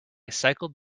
cycled